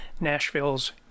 Nashville's